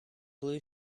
blue